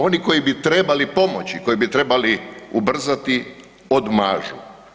Oni koji bi trebali pomoći, koji bi trebali ubrzati, odmažu.